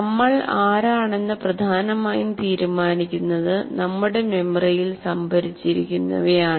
നമ്മൾ ആരാണെന്ന് പ്രധാനമായും തീരുമാനിക്കുന്നത് നമ്മുടെ മെമ്മറിയിൽ സംഭരിച്ചിരിക്കുന്നവയാണ്